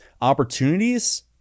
opportunities